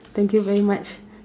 thank you very much